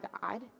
God